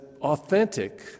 authentic